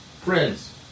friends